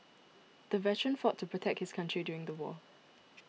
the veteran fought to protect his country during the war